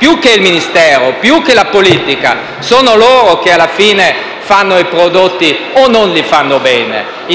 più che il Ministero, più che la politica. Sono loro che alla fine fanno i prodotti o non li fanno bene. Gli